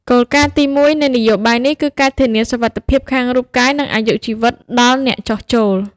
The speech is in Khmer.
គោលការណ៍ទីមួយនៃនយោបាយនេះ គឺការធានាសុវត្ថិភាពខាងរូបកាយ និងអាយុជីវិតដល់អ្នកចុះចូល។